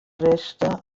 resta